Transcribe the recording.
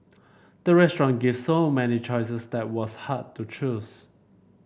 the restaurant gave so many choices that was hard to choose